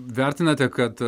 vertinate kad